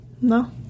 no